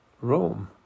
Rome